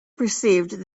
perceived